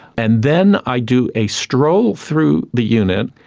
and then i do a stroll through the unit,